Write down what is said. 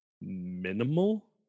minimal